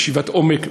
ישיבת עומק,